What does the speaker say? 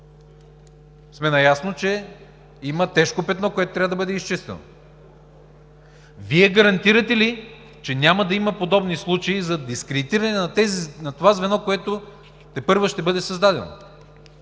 си, наясно сме, че има тежко петно, което трябва да бъде изчистено. Вие гарантирате ли, че няма да има подобни случаи за дискредитиране на това звено, което тепърва ще бъде създадено?